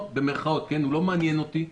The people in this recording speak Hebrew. הוא לא מעניין אותי,